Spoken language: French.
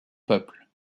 peuple